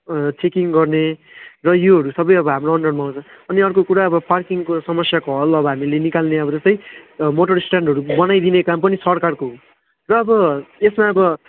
checking गर्ने र योहरू सबै अब हाम्रो अन्डरमा आउँछ अनि अर्को कुरा अब पार्किङको समस्याको हल अब हामीले निकाल्ने अब जस्तै मोटर स्ट्यान्डहरू बनाइदिने काम पनि सरकारको हो र अब यसमा अब